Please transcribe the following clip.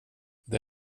det